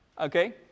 Okay